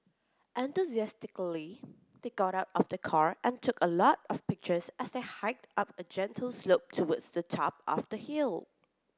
enthusiastically they got out of the car and took a lot of pictures as they hiked up a gentle slope towards the top of the hill